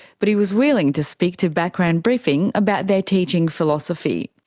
but he was willing to speak to background briefing about their teaching philosophy.